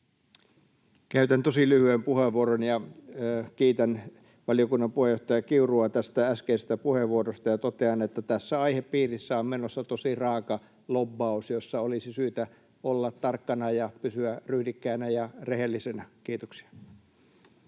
Käytän tosi lyhyen puheenvuoron ja kiitän valiokunnan puheenjohtaja Kiurua tästä äskeisestä puheenvuorosta ja totean, että tässä aihepiirissä on menossa tosi raaka lobbaus, jossa olisi syytä olla tarkkana ja pysyä ryhdikkäänä ja rehellisenä. — Kiitoksia.